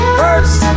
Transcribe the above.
first